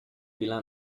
bila